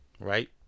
Right